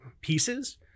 pieces